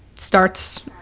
starts